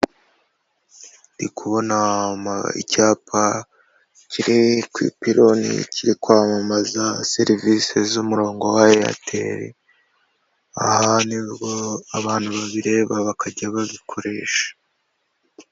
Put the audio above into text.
Ndi kubona icyapa kiri ku ipironi kiri kwamamaza serivisi z'umurongo wa airtel aha ni bwo abantu babireba bakajya babikoresha.